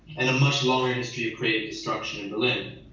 and the much longer history of creative destruction in berlin.